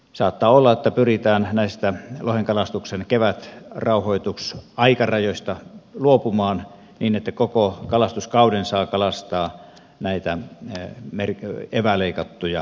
saattaa olla että pyritään näistä lohenkalastuksen kevätrauhoitusaikarajoista luopumaan niin että koko kalastuskauden saa kalastaa näitä eväleikattuja lohia ja taimenia